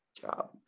job